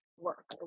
Work